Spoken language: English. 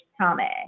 Tommy